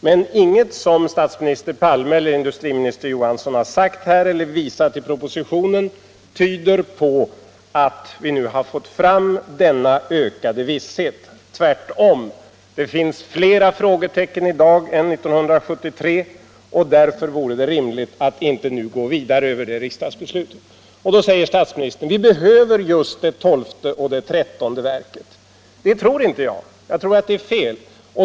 Men inget som statsminister Palme eller industriminister Johansson har sagt här eller visat i propositionen tyder på att vi nu fått fram denna ökade visshet. Tvärtom det finns flera frågetecken i dag än 1973 och därför vore det rimligt att inte nu gå vidare över det riksdagsbeslutet. Då säger statsministern: Vi behöver just det tolfte och det trettonde kärnkraftverket. Det tror inte jag. Jag tror att det är fel.